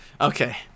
okay